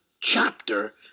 chapter